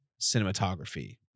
cinematography